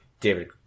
David